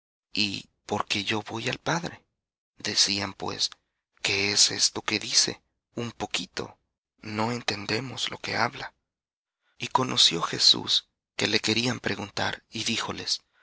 y porque yo voy al padre decían pues qué es esto que dice un poquito no entendemos lo que habla y conoció jesús que le querían preguntar y